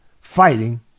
fighting